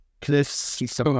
cliffs